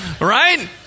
right